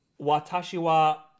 Watashiwa